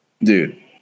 dude